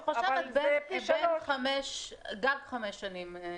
אני חושבת גג חמש שנים.